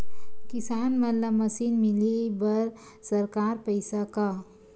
किसान मन ला मशीन मिलही बर सरकार पईसा का?